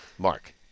Mark